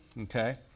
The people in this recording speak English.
Okay